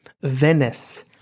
Venice